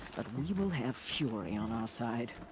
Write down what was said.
but we will have fury on our side.